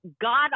God